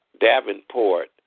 Davenport